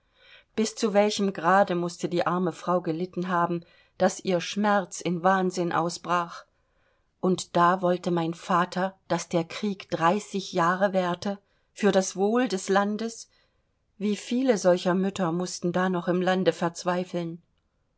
bis zu welchem grade mußte die arme frau gelitten haben bis daß ihr schmerz in wahnsinn ausbrach und da wollte mein vater daß der krieg dreißig jahre währte für das wohl des landes wie viele solcher mütter mußten da noch im lande verzweifeln